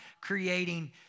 creating